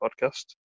podcast